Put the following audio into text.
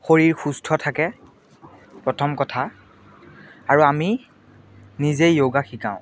শৰীৰ সুস্থ থাকে প্ৰথম কথা আৰু আমি নিজেই যোগা শিকাওঁ